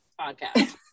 podcast